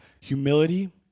humility